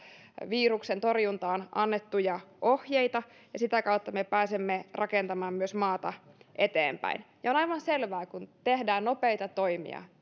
viruksen torjuntaan annettuja ohjeita ja sitä kautta me pääsemme rakentamaan myös maata eteenpäin on aivan selvää että kun tehdään nopeita toimia